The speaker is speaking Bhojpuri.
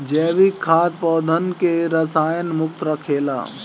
जैविक खाद पौधन के रसायन मुक्त रखेला